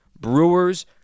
Brewers